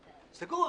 סגור.